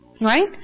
Right